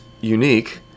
unique